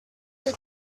did